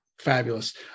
Fabulous